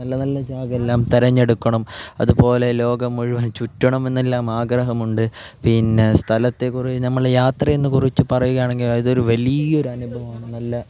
നല്ല നല്ല ജാഗയെല്ലാം തിരഞ്ഞെടുക്കണം അതു പോലെ ലോകം മുഴുവൻ ചുറ്റണം എന്നെല്ലാം ആഗ്രഹമുണ്ട് പിന്നെ സ്ഥലത്ത് കുറേ നമ്മൾ യാത്രയെ കുറിച്ച് പറയുകയാണെങ്കിൽ അത് വലിയൊരു അനുഭവമാണ് നല്ല